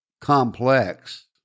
complex